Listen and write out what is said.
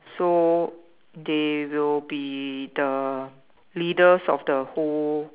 so they will be the leaders of the whole